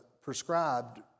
Prescribed